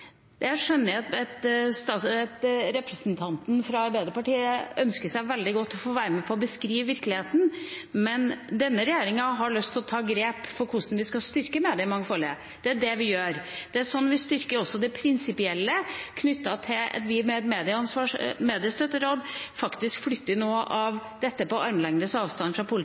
Jeg skjønner at representanten fra Arbeiderpartiet veldig gjerne ønsker å være med på å beskrive virkeligheten, men denne regjeringa har lyst til å ta grep for hvordan vi skal styrke mediemangfoldet. Det er det vi gjør. Det er sånn vi styrker også det prinsipielle, knyttet til at vi med et mediestøtteråd faktisk flytter noe av dette på armlengdes avstand fra